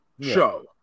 show